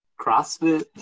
crossfit